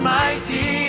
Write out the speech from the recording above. mighty